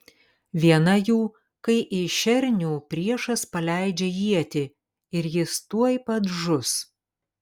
viena jų kai į šernių priešas paleidžia ietį ir jis tuoj pat žus